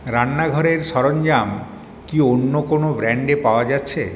রান্নাঘরের সরঞ্জাম কি অন্য কোনও ব্র্যান্ডে পাওয়া যাচ্ছে